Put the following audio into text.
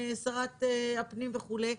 שרת הפנים וכו',